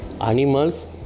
animals